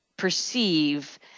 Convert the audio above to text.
perceive